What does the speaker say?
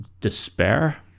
despair